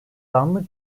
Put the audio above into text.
zanlı